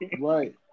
right